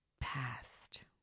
past